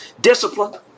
discipline